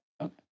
Okay